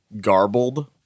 garbled